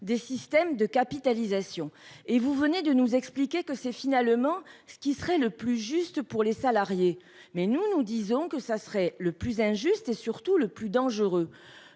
des systèmes de capitalisation. Vous venez de nous expliquer que c'est ce qui serait le plus juste pour les salariés. Pour notre part, nous disons que c'est ce qui serait le plus injuste et, surtout, le plus dangereux.